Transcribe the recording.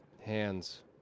Hands